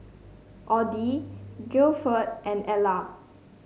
Odie Gilford and Ellar